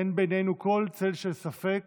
אין לנו כל צל של ספק